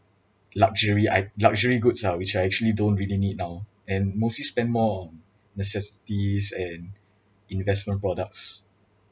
luxury i~ luxury goods ah which I actually don't really need now and mostly spend more on necessities and investment products